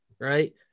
right